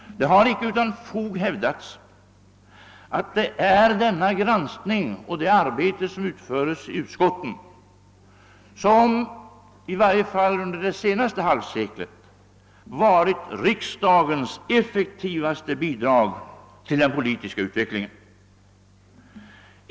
Det har icke utan fog hävdats att denna granskning och det arbete i övrigt som utförs inom utskotten har, i varje fall under det senaste halvseklet, varit riksdagens effektivaste bidrag till den politiska utvecklingen.